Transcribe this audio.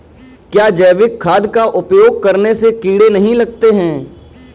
क्या जैविक खाद का उपयोग करने से कीड़े नहीं लगते हैं?